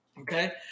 Okay